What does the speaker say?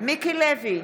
מיקי לוי,